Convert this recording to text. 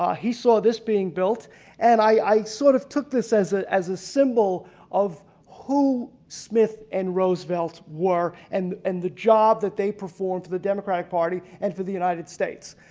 um he saw this being built and i sort of took this as ah as a symbol of who smith and roosevelt were and and the job that they performed the democratic party and for the united states.